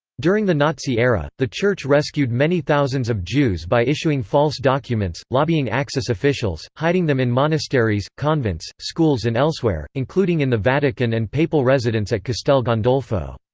during the nazi era, the church rescued many thousands of jews by issuing false documents, lobbying axis officials, hiding them in monasteries, convents, schools and elsewhere including in the vatican and papal residence at castel gandolfo.